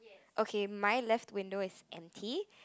okay my left window is empty